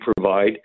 provide